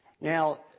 Now